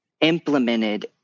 implemented